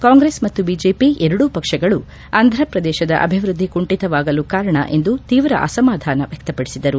ಕಾಂಗ್ರೆಸ್ ಮತ್ತು ಬಿಜೆಪಿ ಎರಡೂ ಪಕ್ಷಗಳು ಆಂಧಪ್ರದೇಶದ ಅಭಿವೃದ್ಧಿ ಕುಂಠಿತವಾಗಲು ಕಾರಣ ಎಂದು ತೀವ್ರ ಅಸಮಾಧಾನ ವ್ಯಕ್ತ ಪಡಿಸಿದರು